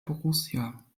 borussia